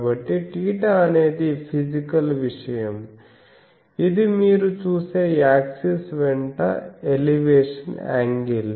కాబట్టి θ అనేది ఫీజికల్ విషయం ఇది మీరు చూసే యాక్సిస్ వెంట ఎలివేషన్ యాంగిల్